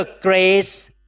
grace